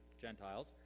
Gentiles